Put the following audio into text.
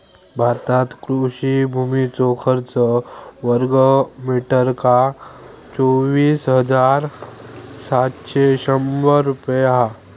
भारतात कृषि भुमीचो खर्च वर्गमीटरका चोवीस हजार सातशे शंभर रुपये हा